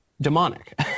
demonic